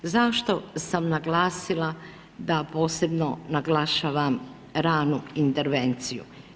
Zašto sam naglasila da posebno naglašavam ranu intervenciju?